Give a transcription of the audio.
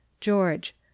George